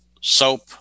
soap